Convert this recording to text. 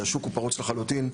שהשוק הוא פרוץ לחלוטין,